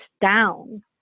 down